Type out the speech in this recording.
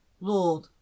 Lord